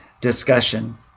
discussion